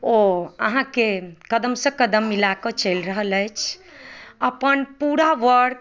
ओ अहाँके कदमसँ कदम मिलाकऽ चलि रहल अछि अपन पूरा वर्क